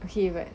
okay right